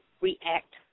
react